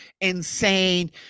insane